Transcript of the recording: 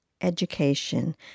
education